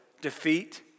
defeat